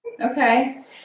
Okay